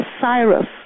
Cyrus